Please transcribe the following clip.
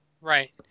Right